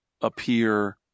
appear